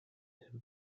him